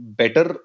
better